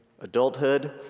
adulthood